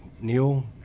Neil